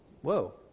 Whoa